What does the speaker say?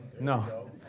No